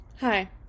Hi